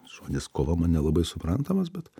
žodis kova man nelabai suprantamas bet